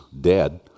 dead